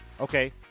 Okay